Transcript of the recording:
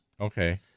Okay